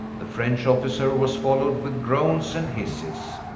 the french officer was followed with groans and hisses.